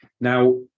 Now